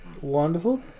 Wonderful